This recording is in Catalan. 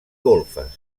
golfes